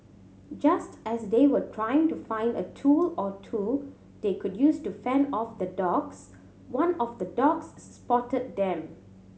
just as they were trying to find a tool or two they could use to fend off the dogs one of the dogs spotted them